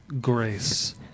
grace